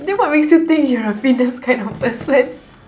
then what makes you think you're a fitness kind of person